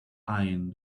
eyeing